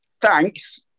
Thanks